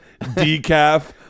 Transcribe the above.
Decaf